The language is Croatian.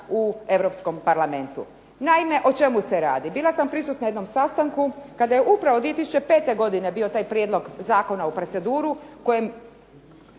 u Europskom parlamentu. Naime, o čemu se radi? Bila sam prisutna jednom sastanku kada je upravo 2005. godine bio taj prijedlog zakona u proceduri kojem